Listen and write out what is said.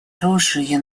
оружия